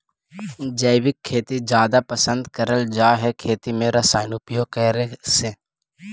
जैविक खेती जादा पसंद करल जा हे खेती में रसायन उपयोग करे से